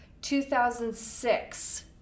2006